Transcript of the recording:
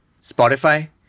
Spotify